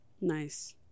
nice